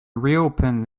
reopen